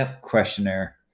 Questionnaire